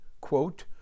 quote